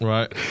Right